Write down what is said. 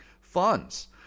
funds